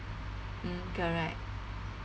mm correct